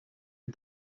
est